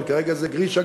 אבל כרגע זה גרישה,